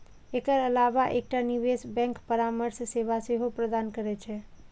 एकर अलावा एकटा निवेश बैंक परामर्श सेवा सेहो प्रदान करै छै